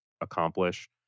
accomplish